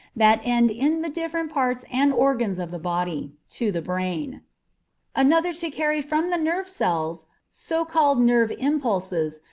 that end in the different parts and organs of the body, to the brain another to carry from the nerve cells so-called nerve impulses,